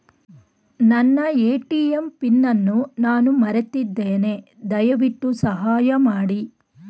ನನ್ನ ATM PIN ಅನ್ನು ನಾನು ಮರೆತಿದ್ದೇನೆ, ದಯವಿಟ್ಟು ಸಹಾಯ ಮಾಡಿ